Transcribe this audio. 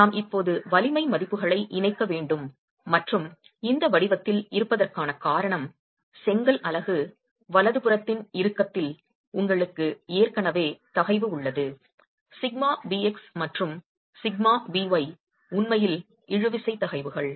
நாம் இப்போது வலிமை மதிப்புகளை இணைக்க வேண்டும் மற்றும் இந்த வடிவத்தில் இருப்பதற்கான காரணம் செங்கல் அலகு வலதுபுறத்தின் இறுக்கத்தில் உங்களுக்கு ஏற்கனவே தகைவு உள்ளது σbx மற்றும் σby உண்மையில் இழுவிசை தகைவுகள்